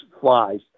flies